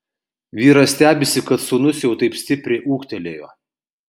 vyras stebisi kad sūnus jau taip stipriai ūgtelėjo